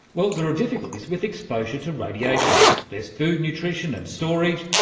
well, there are difficulties with exposure to radiation, there's food nutrition and storage,